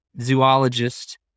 zoologist